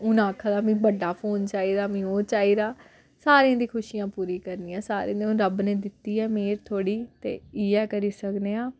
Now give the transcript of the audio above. हून आखा दा मिगी बड्डा फोन चाहिदा मिगी ओह् चाहिदा सारें दी खुशियां पूरी करनी आं सारें दी हून रब्ब ने दित्ती ऐ मेह्र थोह्ड़ी ते इ'यै करी सकने आं